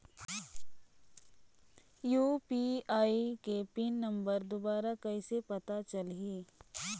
UPI के pin number दुबारा कइसे पता चलही?